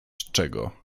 czego